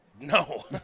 No